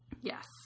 Yes